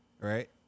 Right